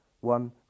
one